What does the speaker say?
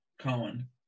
Cohen